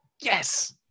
Yes